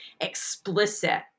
explicit